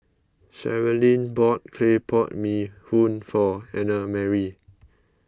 Sherilyn bought Clay Pot Mee who en for Annamarie